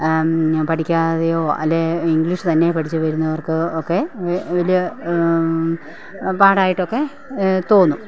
ഞാൻ പഠിക്കാതെയോ അല്ലെങ്കിൽ ഇംഗ്ലീഷ് തനിയെ പഠിച്ച് വരുന്നവർക്ക് ഈ വലിയ പാടായിട്ടൊക്കെ തോന്നും